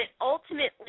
ultimately